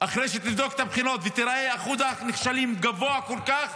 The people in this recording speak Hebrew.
אחרי שתבדוק את הבחינות ותראה שאחוז הנכשלים גבוה כל כך,